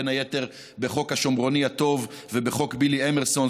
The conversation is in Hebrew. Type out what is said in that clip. בין היתר ב"חוק השומרוני הטוב" וב"חוק בילי אמרסון".